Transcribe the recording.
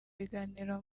biganiro